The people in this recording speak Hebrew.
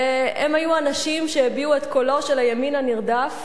הם היו אנשים שהביאו את קולו של הימין הנרדף,